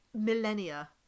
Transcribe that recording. millennia